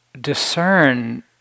discern